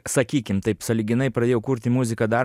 sakykim taip sąlyginai pradėjau kurti muziką dar